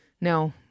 No